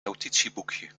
notitieboekje